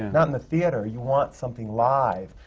not in the theatre, you want something live.